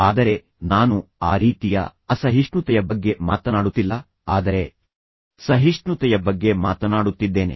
ಆದರೆ ನಾನು ಆ ರೀತಿಯ ಅಸಹಿಷ್ಣುತೆಯ ಬಗ್ಗೆ ಮಾತನಾಡುತ್ತಿಲ್ಲ ಆದರೆ ಸಹಿಷ್ಣುತೆಯ ಬಗ್ಗೆ ಮಾತನಾಡುತ್ತಿದ್ದೇನೆ